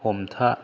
हमथा